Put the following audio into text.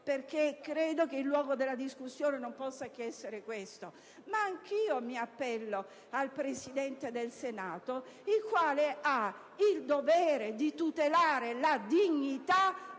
perché credo che il luogo della discussione non possa che essere questo. Anch'io mi appello al Presidente del Senato, il quale ha il dovere di tutelare la dignità